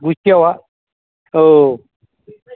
मुथायावहाय औ